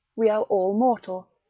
we are all mortal,